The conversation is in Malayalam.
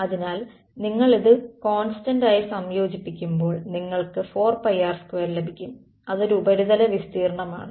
അതിനാൽ നിങ്ങൾ ഇത് കൊൺസ്റ്റൻ്റായി സംയോജിപ്പിക്കുമ്പോൾ നിങ്ങൾക്ക് 4πr2 ലഭിക്കും അത് ഒരു ഉപരിതല വിസ്തീർണ്ണമാണ്